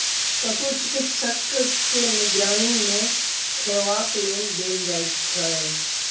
पशु चिकित्सकक निगरानी मे खयबाक लेल देल जाइत छै